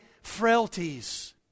frailties